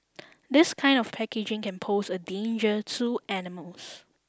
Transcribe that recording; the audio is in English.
this kind of packaging can pose a danger to animals